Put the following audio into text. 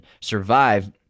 survive